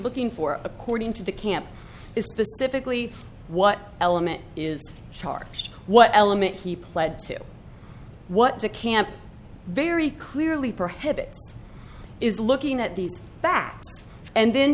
looking for according to the camp is specifically what element is charged what element he pled to what to camp very clearly prohibit is looking at these facts and then